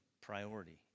priority